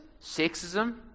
sexism